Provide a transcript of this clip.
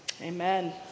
amen